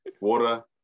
water